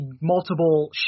multiple